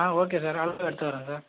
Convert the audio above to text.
ஆ okay sir அளவுலாம் எடுத்து வர்றேன் சார்